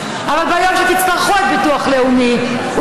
אבל ביום שתצטרכו את הביטוח הלאומי הוא